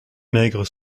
maigre